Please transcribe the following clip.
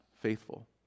faithful